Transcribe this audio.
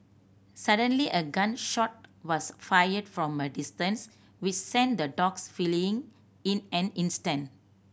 suddenly a gun shot was fired from a distance which sent the dogs fleeing in an instant